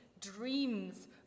dreams